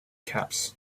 caps